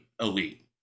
elite